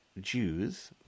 Jews